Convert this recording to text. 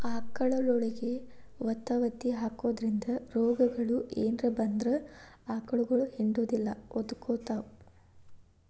ಆಕಳಗೊಳಿಗೆ ವತವತಿ ಹಾಕೋದ್ರಿಂದ ರೋಗಗಳು ಏನರ ಬಂದ್ರ ಆಕಳಗೊಳ ಹಿಂಡುದಿಲ್ಲ ಒದಕೊತಾವ